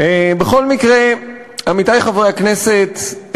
עמיתי חברי הכנסת,